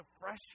fresh